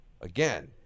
again